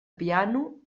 piano